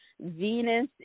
venus